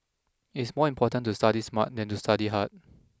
it's more important to study smart than to study hard